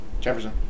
Jefferson